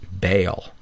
Bail